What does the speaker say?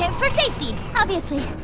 and for safety. obviously.